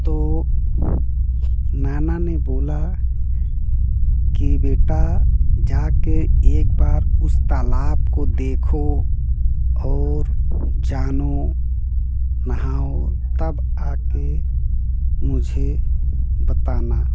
तो नाना ने बोला की बेटा जा कर एक बार उस तालाब को देखो और जानो नहाओ तब आ कर मुझे बताना